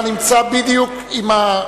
אתה נמצא בדיוק עם הנואם,